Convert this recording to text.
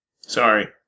Sorry